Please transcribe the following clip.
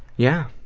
yeah,